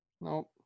Nope